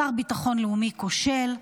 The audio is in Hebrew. שר ביטחון לאומי כושל,